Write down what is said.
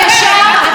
זה מה שקורה,